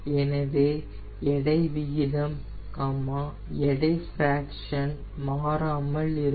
எனவே எடை விகிதம் எடை ஃபிராக்சன் மாறாமல் இருக்கும்